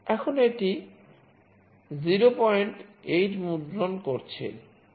এখন এটি 08 মুদ্রণ মুদ্রণ করছে